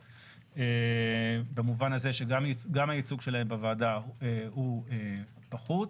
במובן הזה שגם הייצוג שלהן בוועדה הוא פחות,